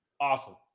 Awesome